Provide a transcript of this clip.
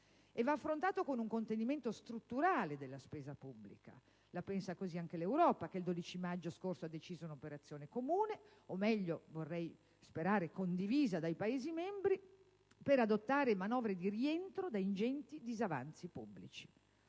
innanzi tutto con un contenimento strutturale della spesa pubblica. La pensa così anche l'Europa, che il 12 maggio scorso ha deciso un'operazione comune o meglio - vorrei sperare - condivisa dai Paesi membri, per adottare manovre di rientro da ingenti disavanzi pubblici.